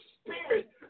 spirit